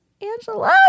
Angela